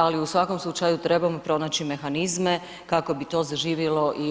Ali u svakom slučaju trebamo pronaći mehanizme kako bi to zaživjelo i